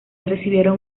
recibieron